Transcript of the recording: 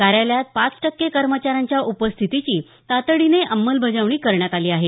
कार्यालयात पाच टक्के कर्मचाऱ्यांच्या उपस्थितीची तातडीने अंमलबजावणी करण्यात आली आहे